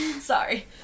Sorry